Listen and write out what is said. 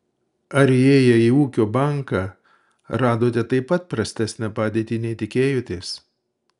ar įėję į ūkio banką radote taip pat prastesnę padėtį nei tikėjotės